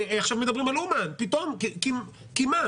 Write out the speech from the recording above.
עכשיו מדברים על אומן, כי מה?